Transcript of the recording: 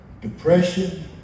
depression